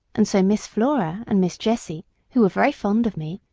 and so miss flora and miss jessie, who are very fond of me,